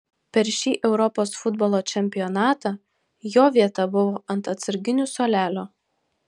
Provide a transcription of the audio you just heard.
per šį europos futbolo čempionatą jo vieta buvo ant atsarginių suolelio